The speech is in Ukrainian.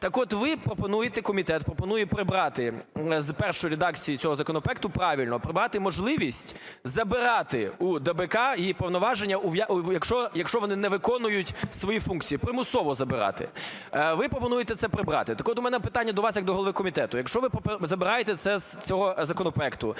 Так от, ви пропонуєте, комітет пропонує прибрати з першої редакції цього законопроекту, правильно, прибрати можливість забирати у ДАБК її повноваження, якщо вони не виконують свої функції, примусово забирати. Ви пропонуєте це прибрати. Так от, у мене питання до вас як до голови комітету: якщо ви забираєте це з цього законопроекту,